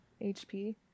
HP